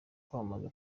kwamamaza